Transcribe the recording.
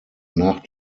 nach